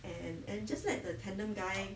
and and just let the tandem guy